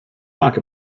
talk